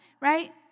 right